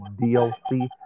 DLC